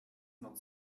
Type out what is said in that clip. not